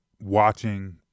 watching